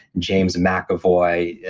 james mcavoy,